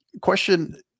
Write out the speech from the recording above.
question